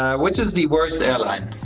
ah which is the worst airline?